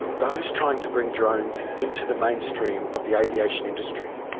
those trying to bring drones into the mainstream of the aviation industry,